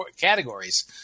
categories